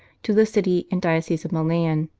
to the city and diocese of milan,